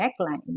neckline